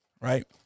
right